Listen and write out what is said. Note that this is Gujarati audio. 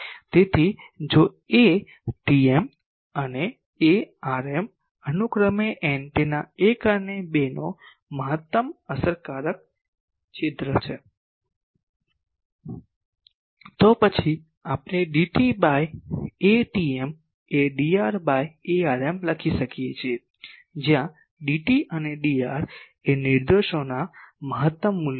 તેથી જો Atm અને Arm અનુક્રમે એન્ટેના 1 અને 2 નો મહત્તમ અસરકારક છિદ્ર છે તો પછી આપણે Dt બાય Atm એ Dr બાય Arm લખી શકીએ જ્યાં Dt અને Dr એ નિર્દેશોના મહત્તમ મૂલ્યો છે